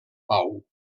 pau